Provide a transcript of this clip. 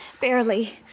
Barely